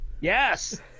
Yes